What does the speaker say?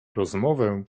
rozmowę